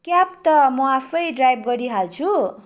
cab त म आफै ड्राइभ गरिहाल्छु